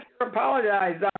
apologize